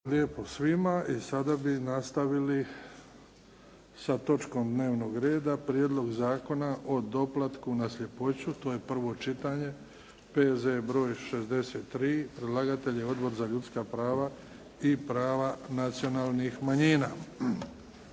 Luka (HDZ)** Sada bi nastavili sa točkom dnevnog reda. - Prijedlog zakona o doplatku na sljepoću, prvo čitanje, P.Z. br. 63, Predlagatelj: Odbor za ljudska prava i prava nacionalnih manjina